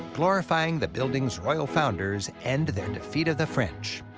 glorifying the building's royal founders and their defeat of the french.